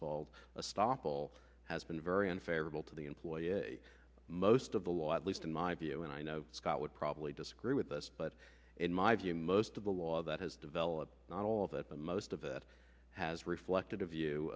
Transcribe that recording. called a stoppel has been very unfavorable to the employer most of the law at least in my view and i know scott would probably disagree with us but in my view most of the law that has developed not all that most of it has reflected a view